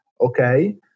Okay